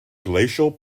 glacial